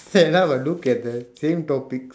sad enough I look at the same topic